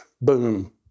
boom